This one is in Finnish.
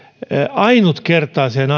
ainutkertaiseen